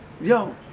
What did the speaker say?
yo